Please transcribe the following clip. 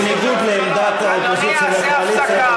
בניגוד לעמדת האופוזיציה או הקואליציה,